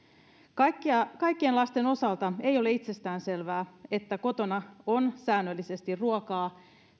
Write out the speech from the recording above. kaikkien lasten osalta ei ole itsestäänselvää että kotona on säännöllisesti ruokaa